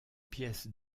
pièce